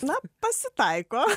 na pasitaiko